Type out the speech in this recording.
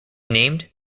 named